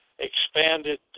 expanded